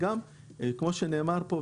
כמו שנאמר כאן,